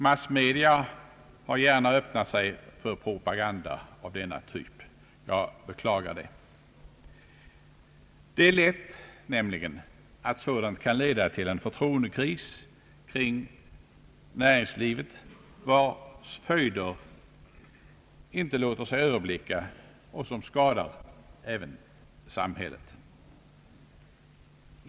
Massmedia har gärna öppnat sig för propaganda av denna typ. Jag beklagar det. Det är lätt att sådant kan leda till en förtroendekris kring näringslivet, vars följder inte låter sig överblicka och som skadar även samhället.